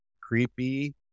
creepy